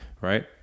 right